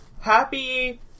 happy